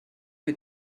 mir